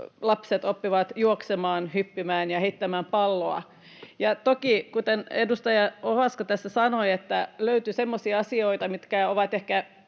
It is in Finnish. lapset oppivat juoksemaan, hyppimään ja heittämään palloa. Toki, kuten edustaja Ovaska tässä sanoi, löytyy semmoisia asioita, mitkä ovat